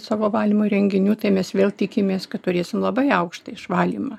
savo valymo įrenginių tai mes vėl tikimės kad turėsim labai aukštą išvalymą